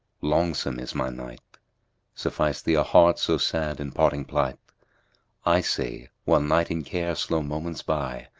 longsome is my night suffice thee a heart so sad in parting-plight i say, while night in care slow moments by,